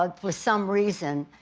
um for some reason